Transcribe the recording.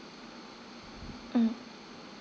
mm